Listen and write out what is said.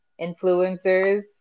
influencers